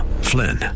Flynn